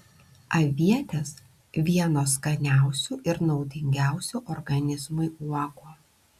avietės vienos skaniausių ir naudingiausių organizmui uogų